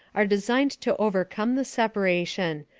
are designed to overcome the separation,